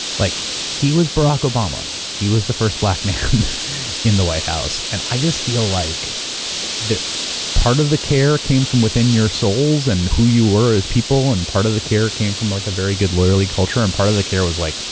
like he was barack obama, he was the first black man in the white house and i just feel like part of the care came from within your souls and who you were as people and part of the care came from like a very good lawyerly culture and part of the care was like,